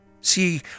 See